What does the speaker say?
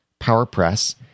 powerpress